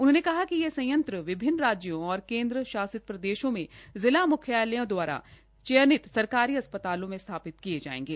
उन्होंने कहा कि ये संयंत्र विभिन्न राज्यों और केन्द्र शासित प्रदेशों में जिला मुख्यालयों के सरकारी अस्प्तालों में स्थापित किये जायेंगे